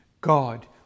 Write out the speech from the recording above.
God